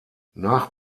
nach